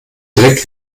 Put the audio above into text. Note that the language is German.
direkt